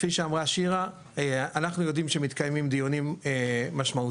כפי שאמרה שירה אנחנו יודעים שמתקיימים דיונים משמעותיים,